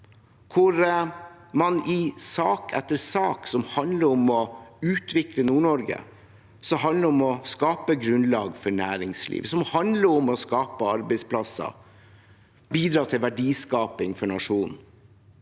i § 108 (samene som urfolk) utvikle Nord-Norge, som handler om å skape grunnlag for næringsliv, som handler om å skape arbeidsplasser og bidra til verdiskaping for nasjonen